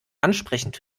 ansprechend